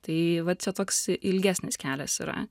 tai vat čia toks ilgesnis kelias yra